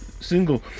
single